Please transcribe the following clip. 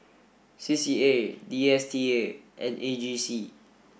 C C A D S T A and A G C